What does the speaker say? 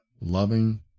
loving